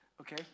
Okay